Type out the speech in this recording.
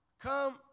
come